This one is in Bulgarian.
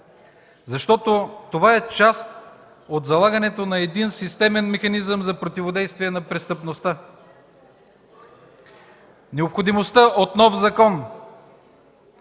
Защото това е част от залагането на един системен механизъм за противодействие на престъпността. Необходимостта от нов закон